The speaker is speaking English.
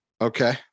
Okay